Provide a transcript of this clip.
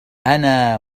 أنا